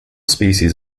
species